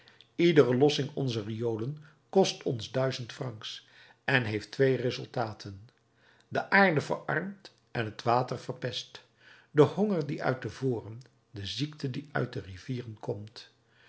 iedere lossing onzer riolen kost ons duizend francs en heeft twee resultaten de aarde verarmd en het water verpest de honger die uit de voren de ziekte die uit de rivieren komt